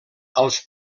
als